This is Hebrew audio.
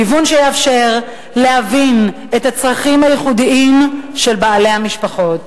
גיוון שיאפשר להבין את הצרכים הייחודיים של בעלי המשפחות.